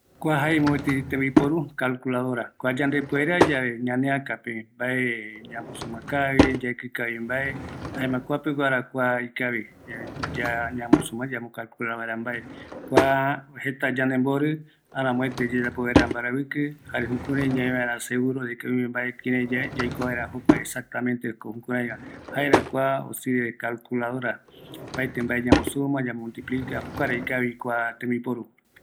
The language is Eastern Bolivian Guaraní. Kua papakarɨrü, jaeko ome yemborɨ yaikua vaera yaekï, aramoete yaikua suma, resta, multiplca, jare yemboyaoyao va regua, kua aramoete oesauka yandeve